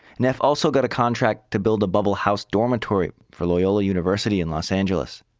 neff also got a contract to build a bubble house dormitory for loyola university in los angeles.